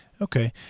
Okay